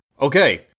okay